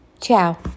Ciao